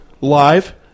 live